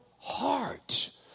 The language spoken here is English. heart